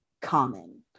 common